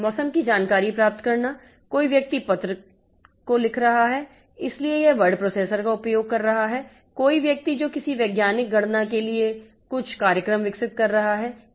मौसम की जानकारी प्राप्त करना कोई व्यक्ति पत्र का लिख रहा है इसलिए यह वर्ड प्रोसेसर का उपयोग कर रहा है कोई व्यक्ति जो किसी वैज्ञानिक गणना के लिए कुछ कार्यक्रम विकसित कर रहा है